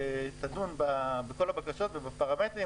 שתדון בכל הבקשות ובפרמטרים.